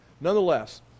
Nonetheless